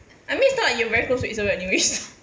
I mean it's not like you were very close to isabel anyways